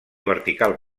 vertical